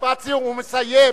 משפט סיום, הוא מסיים.